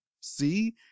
see